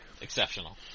Exceptional